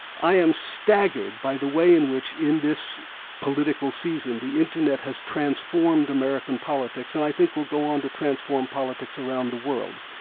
i am staggered by the way in which in this political season, the internet has transformed american politics, and i think will go on to transform politics around the world.